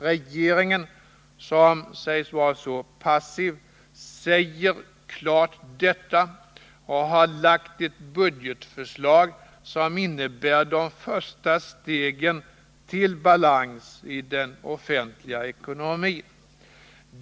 Regeringen — som sägs vara så passiv — säger också klart detta, och har lagt fram ett budgetförslag som innebär att vi tar de första stegen till balans i den offentliga ekonomin.